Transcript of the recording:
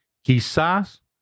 Quizás